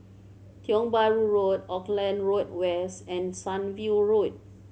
Tiong Bahru Road Auckland Road West and Sunview Road